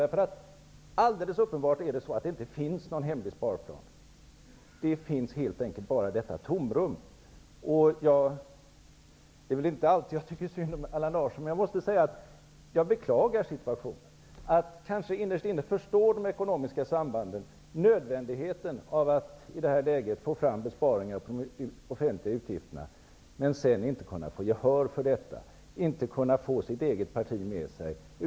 Det är alldeles uppenbart så, att det inte finns någon hemlig sparplan. Det finns bara detta tomrum. Det är väl inte alltid jag tycker synd om Allan Larsson. Men jag måste säga att jag beklagar situationen att kanske innerst inne förstå de ekonomiska sambanden och nödvändigheten av att i detta läge få fram besparingar inom de offentliga utgifterna men sedan inte kunna få gehör för detta och inte få sitt eget parti med sig.